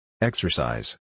Exercise